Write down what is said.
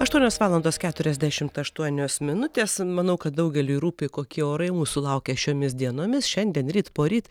aštuonios valandos keturiasdešimt aštuonios minutės manau kad daugeliui rūpi kokie orai mūsų laukia šiomis dienomis šiandien ryt poryt